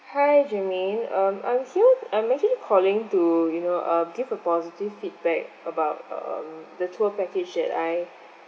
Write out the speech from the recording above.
hi germaine um I'm here I'm actually calling to you know uh give a positive feedback about um the tour package at I